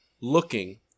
looking